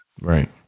Right